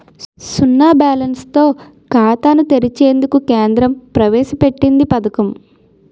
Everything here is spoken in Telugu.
సున్నా బ్యాలెన్స్ తో ఖాతాను తెరిచేందుకు కేంద్రం ప్రవేశ పెట్టింది పథకం